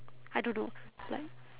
I don't know like